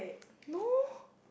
no